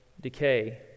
decay